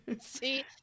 See